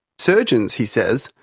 surgeons, he says,